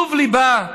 טוב ליבה,